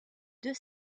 deux